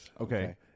Okay